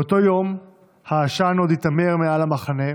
באותו יום העשן עוד היתמר מעל המחנה,